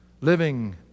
living